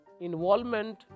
involvement